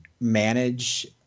manage